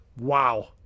Wow